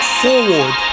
forward